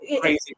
crazy